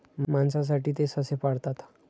मांसासाठी ते ससे पाळतात